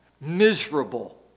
miserable